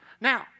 Now